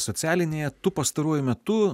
socialinėje tu pastaruoju metu